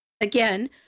Again